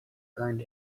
earned